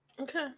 Okay